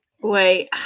Wait